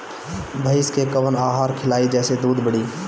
भइस के कवन आहार खिलाई जेसे दूध बढ़ी?